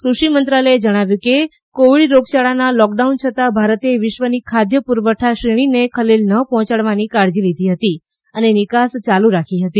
કૃષિ મંત્રાલયે જણાવ્યું કે કોવિડ રોગયાળાના લોક ડાઉન છતાં ભારતે વિશ્વની ખાદ્ય પુરવઠા શ્રેણીને ખલેલ ન પહોંચાડવાની કાળજી લીધી હતી અને નિકાસ ચાલુ રાખી હતી